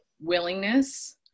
willingness